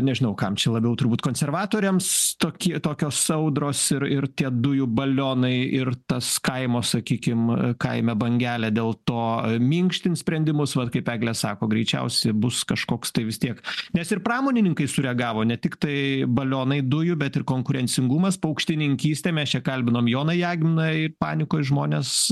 nežinau kam čia labiau turbūt konservatoriams tokie tokios audros ir ir tie dujų balionai ir tas kaimo sakykim kaime bangelė dėl to minkštint sprendimus vat kaip eglė sako greičiausiai bus kažkoks tai vis tiek nes ir pramonininkai sureagavo ne tiktai balionai dujų bet ir konkurencingumas paukštininkystė mes čia kalbinom joną jagminą į panikoj žmonės